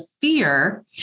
fear